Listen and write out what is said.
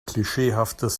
klischeehaftes